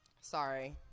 Sorry